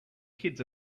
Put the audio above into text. kids